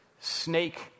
snake